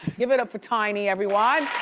give it up for tiny, everyone.